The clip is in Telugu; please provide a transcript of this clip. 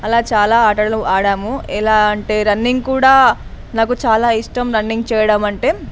అలా చాలా ఆటలు ఆడాము ఎలా అంటే రన్నింగ్ కూడా నాకు చాలా ఇష్టం రన్నింగ్ చేయడం అంటే